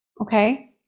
Okay